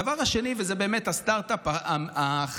הדבר השני, וזה באמת הסטרטאפ החדש,